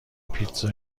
پیتزا